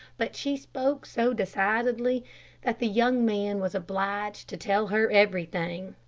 but she spoke so decidedly that the young man was obliged to tell her everything.